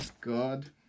God